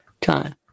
time